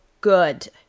good